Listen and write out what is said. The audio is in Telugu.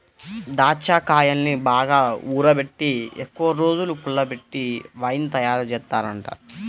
దాచ్చాకాయల్ని బాగా ఊరబెట్టి ఎక్కువరోజులు పుల్లబెట్టి వైన్ తయారుజేత్తారంట